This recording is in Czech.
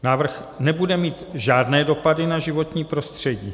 Návrh nebude mít žádné dopady na životní prostředí.